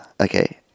Okay